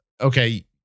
okay